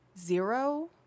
Zero